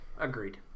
Agreed